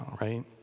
right